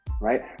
right